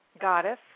goddess